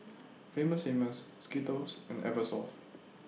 Famous Amos Skittles and Eversoft